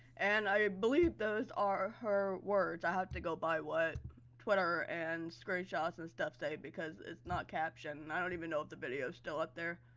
and i believe those are her words, i have to go by what twitter and screenshots and stuff say because it's not captioned, and i don't even know if the video is still up there.